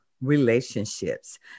relationships